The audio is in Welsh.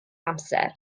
amser